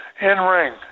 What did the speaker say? In-ring